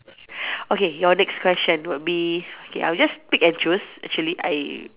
okay your next question would be okay I'll just pick and choose actually I